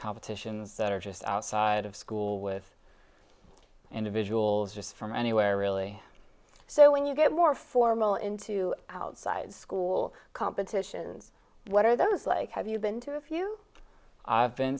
competitions that are just outside of school with individuals just from anywhere really so when you get more formal into outside school competitions what are those like have you been to a few i've been